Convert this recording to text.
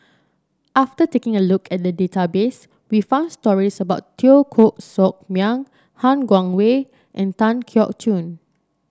after taking a look at the database we found stories about Teo Koh Sock Miang Han Guangwei and Tan Keong Choon